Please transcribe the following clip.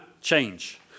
change